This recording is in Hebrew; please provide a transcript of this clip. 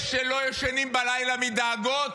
יש שלא ישנים בלילה מדאגות